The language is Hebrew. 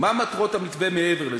מה מטרות המתווה מעבר לזה: